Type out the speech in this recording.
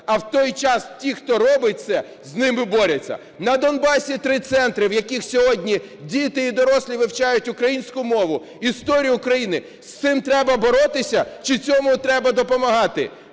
а в той час, ті, хто робить це, з ними борються. На Донбасі три центри, в яких сьогодні діти і дорослі вивчають українську мову, історію України. З цим треба боротися чи цьому треба допомагати?